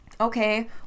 Okay